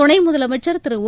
துணை முதலமைச்சர் திரு ஒ